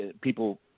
people